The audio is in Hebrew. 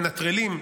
אויב מנטרלים.